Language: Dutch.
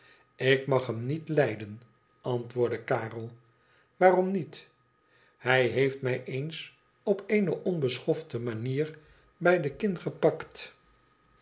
tik mag hem niet lijden antwoordde karel waarom niet thij heeft mij eens op eene onbeschofte manier bij de kin gepakt